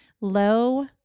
low